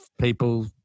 people